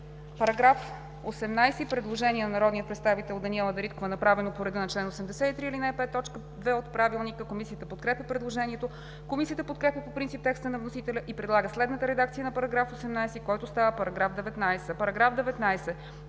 По § 17 има предложение на народния представител Даниела Дариткова, направено по реда на чл. 83, ал. 5, т. 2 от Правилника. Комисията подкрепя предложението. Комисията подкрепя по принцип текста на вносителя и предлага следната редакция на § 17, който става § 18. „§ 18.